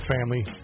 family